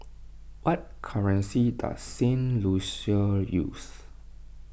what currency does Saint Lucia use